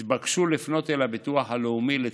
התבקשו לפנות אל הביטוח הלאומי במייל